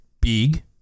big